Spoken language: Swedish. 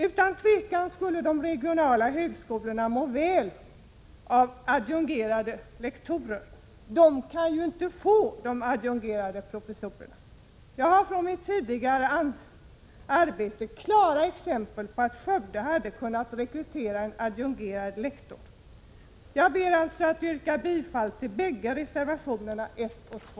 Utan tvivel skulle de regionala högskolorna må väl av adjungerade lektorer. De kan ju inte få de adjungerade professorerna. Jag har från mitt tidigare arbete klara exempel på att Skövde hade kunnat rekrytera en adjungerad lektor. Fru talman! Jag yrkar bifall till reservationerna 1 och 2.